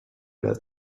that